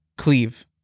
Cleave